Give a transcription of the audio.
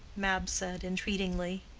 mab said, entreatingly,